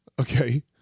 Okay